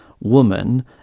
woman